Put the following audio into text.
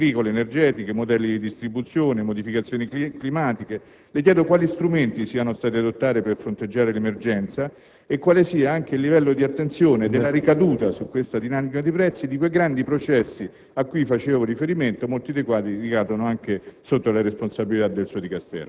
a ragioni strutturali, a politiche agricole ed energetiche, a modelli di distribuzione, a modificazioni climatiche. Quali strumenti sono stati adottati per fronteggiare l'emergenza? Qual è il livello di attenzione al riguardo? Quali ricadute su questa dinamica dei prezzi hanno quei grandi processi ai quali facevo riferimento, molti dei quali ricadono anche